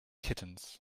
kittens